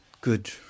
Good